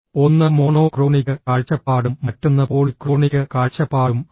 ഒന്ന് മോണോക്രോണിക് കാഴ്ചപ്പാടും മറ്റൊന്ന് പോളിക്രോണിക് കാഴ്ചപ്പാടും ആണ്